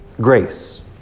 grace